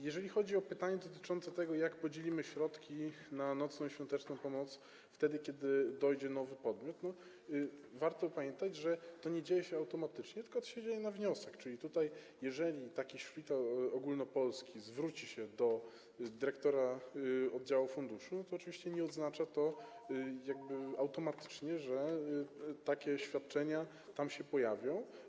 Jeżeli chodzi o pytanie dotyczące tego, jak podzielimy środki na nocną i świąteczną pomoc, wtedy kiedy dojdzie nowy podmiot, warto pamiętać, że to nie dzieje się automatycznie, tylko to się dzieje na wniosek, czyli jeżeli taki szpital ogólnopolski zwróci się do dyrektora oddziału funduszu, to oczywiście nie oznacza to automatycznie, że takie świadczenia tam się pojawią.